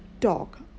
talk